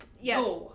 yes